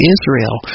Israel